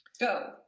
Go